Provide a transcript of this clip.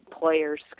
players –